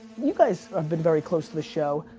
you guys have been very close to the show,